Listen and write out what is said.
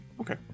Okay